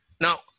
Now